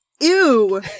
ew